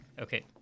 Okay